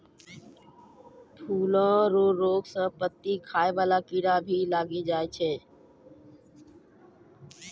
फूलो रो रोग मे पत्ती खाय वाला कीड़ा भी लागी जाय छै